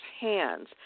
hands